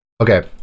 Okay